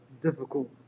Difficult